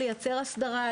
לייצר הסדרה,